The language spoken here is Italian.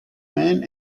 men